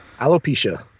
Alopecia